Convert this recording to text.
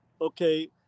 okay